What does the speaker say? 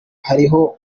hariho